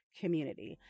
community